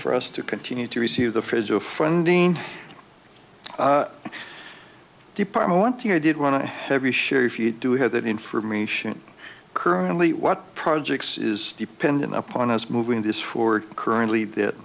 for us to continue to receive the federal funding department one thing i did want to heavy share if you do have that information currently what projects is dependent upon us moving this forward currently that